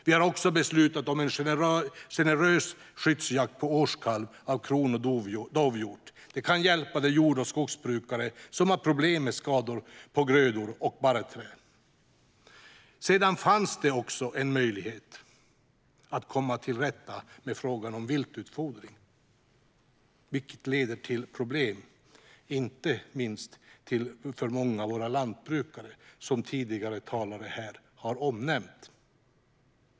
Vi har också beslutat om en generös skyddsjakt på årskalv av kron och dovhjort. Det kan hjälpa de jord och skogsbrukare som har problem med skador på grödor och barrträd. Det fanns en möjlighet att komma till rätta med frågan om viltutfodring, som leder till problem, inte minst för många av våra lantbrukare, som tidigare talare här nämnde.